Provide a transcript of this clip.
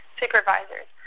supervisors